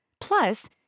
Plus